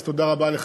אז תודה רבה לך.